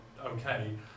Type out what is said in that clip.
okay